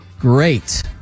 great